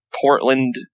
Portland